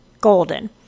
Golden